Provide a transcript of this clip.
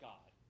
God